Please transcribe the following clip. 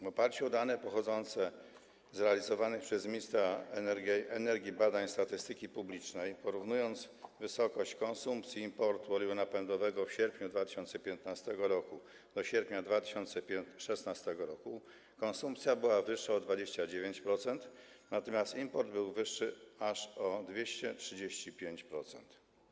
W oparciu o dane pochodzące z realizowanych przez ministra energii badań statystyki publicznej, po porównaniu wysokości konsumpcji i importu oleju napędowego w sierpniu 2015 r. i w sierpniu 2016 r., stwierdzono, że konsumpcja była wyższa o 29%, natomiast import był wyższy aż o 235%.